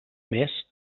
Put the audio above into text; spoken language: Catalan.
més